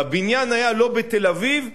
והבניין היה לא בתל-אביב אלא,